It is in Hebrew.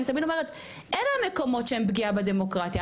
אני תמיד אומרת אלה המקומות שהם פגיעה בדמוקרטיה,